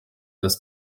das